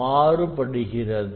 மாறுபடுகிறது